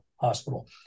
Hospital